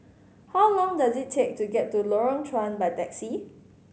how long does it take to get to Lorong Chuan by taxi